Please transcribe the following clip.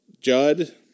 Judd